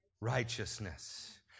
righteousness